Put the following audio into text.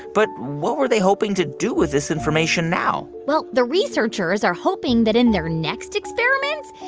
but what were they hoping to do with this information now? well, the researchers are hoping that, in their next experiments,